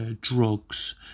Drugs